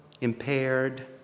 impaired